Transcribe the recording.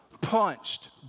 punched